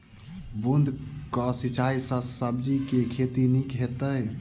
बूंद कऽ सिंचाई सँ सब्जी केँ के खेती नीक हेतइ?